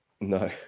No